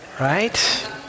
Right